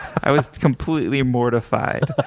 i was completely mortified.